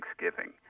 Thanksgiving